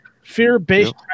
Fear-based